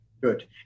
Good